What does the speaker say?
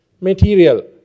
material